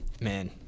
Man